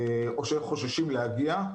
או שחוששים להגיע,